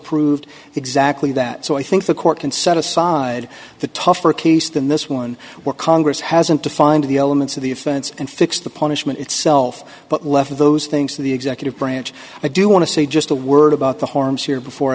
proved exactly that so i think the court can set aside the tougher case than this one where congress hasn't defined the elements of the offense and fixed the punishment itself but left those things to the executive branch i do want to say just a word about the harms here before